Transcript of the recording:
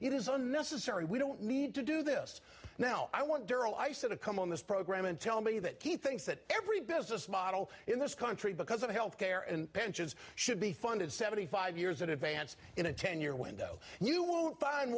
it is unnecessary we don't need to do this now i want darrell i said to come on this program and tell me that he thinks that every business model in this country because of health care and pensions should be funded seventy five years in advance in a ten year window you won't find